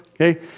Okay